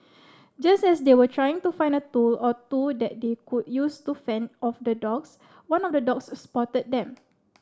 just as they were trying to find a tool or two that they could use to fend off the dogs one of the dogs spotted them